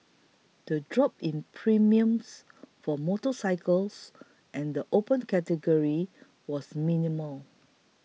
the drop in premiums for motorcycles and the Open Category was minimal